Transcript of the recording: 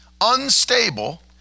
unstable